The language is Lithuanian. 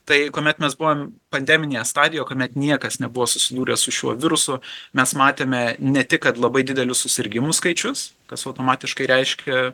tai kuomet mes buvom pandeminėje stadijoje kuomet niekas nebuvo susidūręs su šiuo virusu mes matėme ne tik kad labai didelius susirgimų skaičius kas automatiškai reiškia